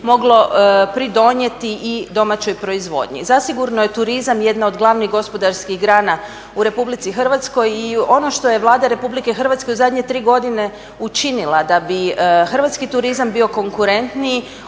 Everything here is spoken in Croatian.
moglo pridonijeti i domaćoj proizvodnji. Zasigurno je turizam jedna od glavnih gospodarskih grana u RH i ono što je Vlada Republike Hrvatske u zadnje tri godine učinila da bi hrvatski turizam bio konkurentniji